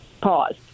Pause